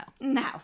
No